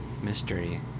mystery